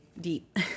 deep